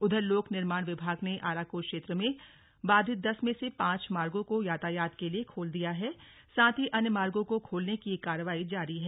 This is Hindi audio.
उधर लोक निर्माण विभाग ने आराकोट क्षेत्र में बाधित दस में से पांच मार्गो को यातायात के लिए खोल दिया है साथ ही अन्य मार्गों को खोलने की कार्यवाही जारी है